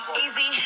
Easy